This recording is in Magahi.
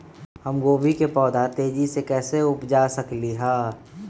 हम गोभी के पौधा तेजी से कैसे उपजा सकली ह?